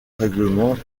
règlement